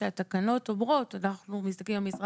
כשהתקנות אומרות שאנחנו מסתכלים על משרה